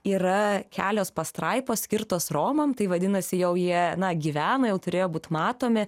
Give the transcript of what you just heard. yra kelios pastraipos skirtos romam tai vadinasi jau jie na gyvena jau turėjo būt matomi